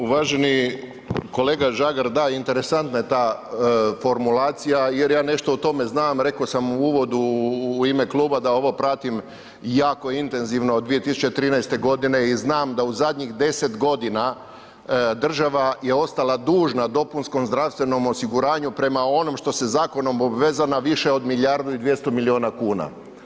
Uvaženi kolega Žagar, da, interesantna je ta formulacija jer ja nešto o tome znam, reko sam u uvodu u ime kluba da ovo pratim jako intenzivno od 2013. g. i znam da u zadnjih 10 g. država je ostala dužna dopunskom zdravstvenom osiguranju prema onom što se zakonom obvezana više od milijardu i 200 milijuna kuna.